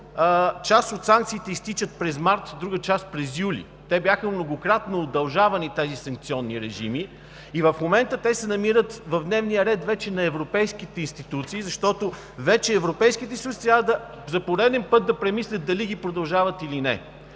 част от санкциите изтичат през март, друга част през юли. Тези санкционни режими бяха многократно удължавани и в момента се намират в дневния ред вече на европейските институции, защото вече европейските институции трябва за пореден път да премислят дали ги продължават или не.